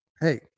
hey